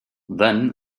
then